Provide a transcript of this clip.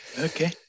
Okay